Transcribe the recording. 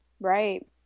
Right